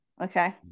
okay